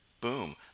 boom